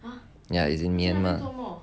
ya he is in myanmar